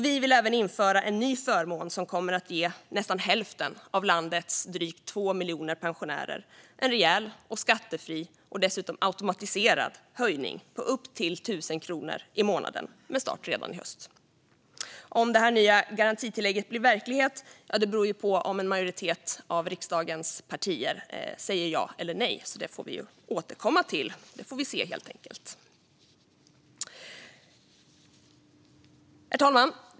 Vi vill även införa en ny förmån som kommer att ge nästan hälften av landets drygt 2 miljoner pensionärer en rejäl och skattefri, och dessutom automatiserad, höjning på upp till 1 000 kronor i månaden, med start redan i höst. Om det här nya garantitillägget blir verklighet beror på om en majoritet av riksdagens partier säger ja eller nej, så det får vi återkomma till. Vi får se, helt enkelt. Herr talman!